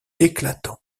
éclatant